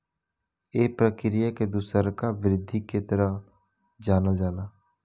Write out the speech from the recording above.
ए प्रक्रिया के दुसरका वृद्धि के तरह जानल जाला